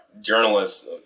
journalists